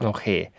Okay